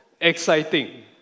exciting